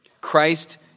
Christ